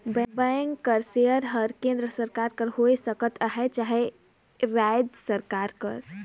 bank कर share हर केन्द्र सरकार कर होए सकत अहे चहे राएज सरकार कर